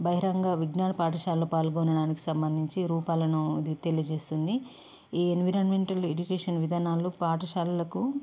బహిరంగ విజ్ఞాన పాఠశాలలు పాల్గొనడానికి సంబంధించి రూపాలను తెలియజేస్తుంది ఈ ఎన్విరాన్మెంటల్ ఎడ్యుకేషన్ విధానాల్లో పాఠశాలలకు